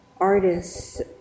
artists